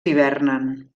hivernen